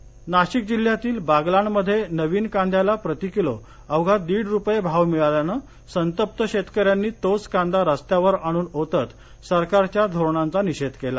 कांदा नाशिक जिल्ह्यातील बागलाणमध्ये नवीन कांद्याला प्रतिकिलो अवघा दीड रुपये भाव मिळाल्याने संतप्त शेतकऱ्यांनी तोच कांदा रस्त्यावर आणून ओतत सरकारच्या धोरणांचा निषेध केला